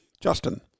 Justin